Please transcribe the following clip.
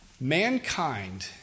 mankind